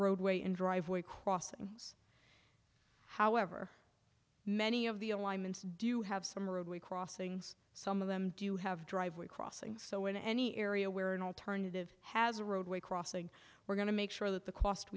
roadway and driveway crossings however many of the alignments do you have some roadway crossings some of them do you have driveway crossing so in any area where an alternative has a roadway crossing we're going to make sure that the cost